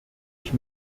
ich